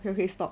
okay stop